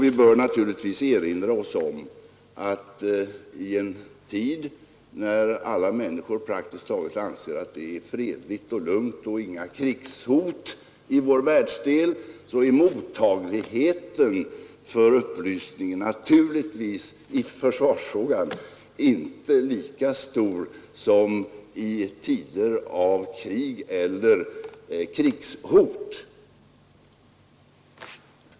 Vi bör naturligtvis erinra oss att i en tid, när praktiskt taget alla människor anser att det är fredligt och lugnt hos oss och inga krigshot i vår världsdel, är mottagligheten för upplysning i försvarsfrågan naturligtvis inte lika stor som i tider av krig eller krigshot.